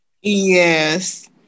yes